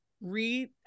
read